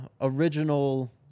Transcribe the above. original